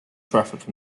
traffic